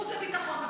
חוץ וביטחון.